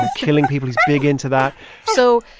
killing people he's big into that so,